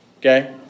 Okay